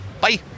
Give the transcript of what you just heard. Bye